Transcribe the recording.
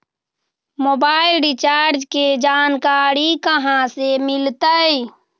Mobile recharge के जानकारी कहा से मिलतै?